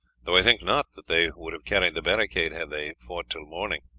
though i think not that they would have carried the barricade had they fought till morning.